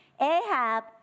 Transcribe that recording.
Ahab